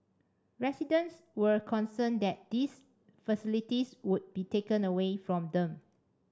residents were concerned that these facilities would be taken away from them